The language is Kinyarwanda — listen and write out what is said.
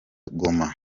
goma